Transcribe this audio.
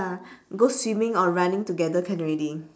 go swimming or running together can already